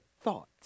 thoughts